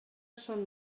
són